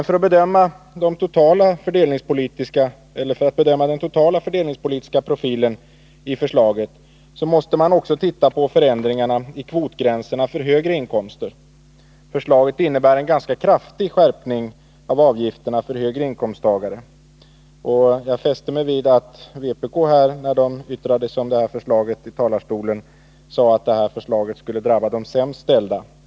För att bedöma den totala fördelningspolitiska profilen i förslaget måste man också titta på förändringarna när det gäller kvotgränserna för högre inkomster. Förslaget innebär en ganska kraftig skärpning av avgifterna för högre inkomsttagare. Jag fäste mig vid att kommunisterna, när de yttrade sig om det här förslaget i talarstolen, sade att förslaget skulle drabba de sämst ställda.